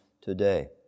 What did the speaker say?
today